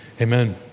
Amen